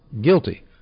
guilty